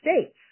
states